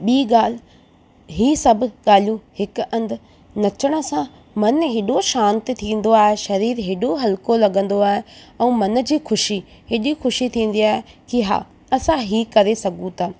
ॿी ॻाल्हि ई सभु ॻाल्हियूं हिकु हंधि नचण सां मन एॾो शांति थींदो आहे शरीर हेॾो हल्को लॻंदो आहे व ऐं मन जी ख़ुशी एॾी ख़ुशी थींदी आहे की हा असां ई करे सघूं था